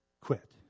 quit